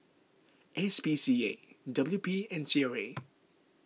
S P C A W P and C R A